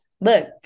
Look